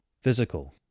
physical